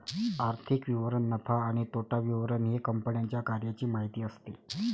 आर्थिक विवरण नफा आणि तोटा विवरण हे कंपन्यांच्या कार्याची माहिती असते